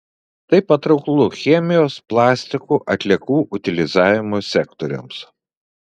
tai patrauklu chemijos plastikų atliekų utilizavimo sektoriams